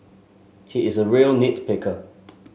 he is a real nit picker